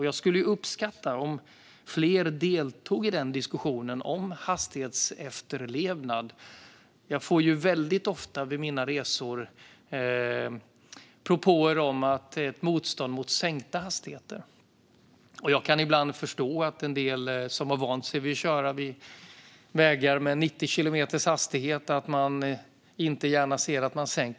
Jag skulle uppskatta om fler deltog i diskussionen om hastighetsefterlevnad. Jag får väldigt ofta vid mina resor signaler om att det finns ett motstånd mot sänkta hastigheter. Jag kan ibland förstå att en del som har vant sig vid att köra på vägar i 90 kilometer i timmen inte gärna ser att hastigheten sänks.